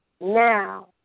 Now